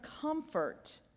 comfort